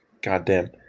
goddamn